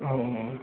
औ औ